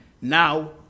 now